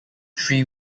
three